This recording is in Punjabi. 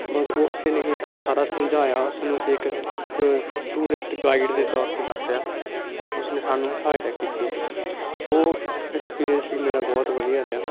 ਬਸ ਉਸ ਨੇ ਹੀ ਸਾਨੂੰ ਸਾਰਾ ਸਮਝਾਇਆ ਉਸ ਨੂੰ ਅਸੀਂ ਇੱਕ ਇੱਕ ਟੂਰਿਸਟ ਗਾਈਡ ਦੇ ਤੌਰ 'ਤੇ ਵਰਤਿਆ ਅਤੇ ਉਸਨੇ ਸਾਨੂੰ ਸਹਾਇਤਾ ਕੀਤੀ ਉਹ ਐਕਸਪੀਰੀਐਂਸ ਵੀ ਮੇਰਾ ਬਹੁਤ ਵਧੀਆ ਰਿਹਾ